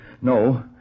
No